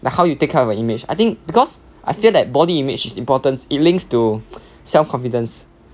like how you take care of your image I think because I feel that body image is important it links to self confidence